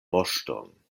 moŝton